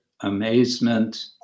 amazement